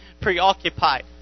preoccupied